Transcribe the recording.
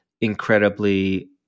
incredibly